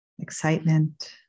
excitement